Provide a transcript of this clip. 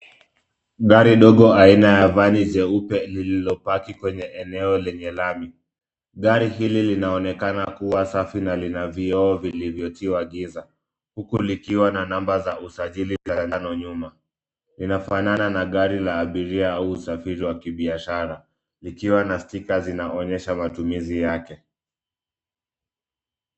Gari dogo aina ya vani jeupe lililopaki kwenye eneo lenye lami. Gari hili linaonekana kuwa safi na lina vioo vilivyotiwa giza. Huku likiwa na namba za usajili la njano nyuma. Linafanana na gari la abiria au usafiri wa kibiashara likiwa na stika zinaonyesha matumizi yake.